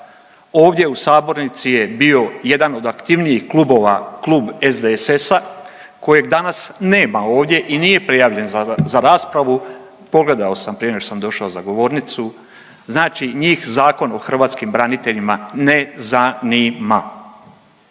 ovdje u sabornici je bio jedan od aktivnijih klubova, klub SDSS-a kojeg danas nema ovdje i nije prijavljen za raspravu, pogledao sam prije nego što sam došao na govornicu, znači njih Zakon o hrvatskim braniteljima ne zanima,